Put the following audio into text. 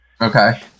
Okay